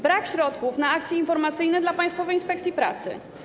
Brak środków na akcje informacyjne dla Państwowej Inspekcji Pracy.